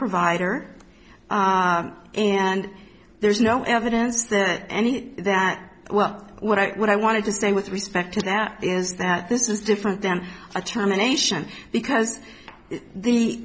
provider and there's no evidence that any of that well what i what i wanted to say with respect to that is that this is different than a terminations because the